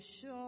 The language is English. sure